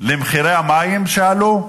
למחירי המים שעלו?